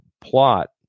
plot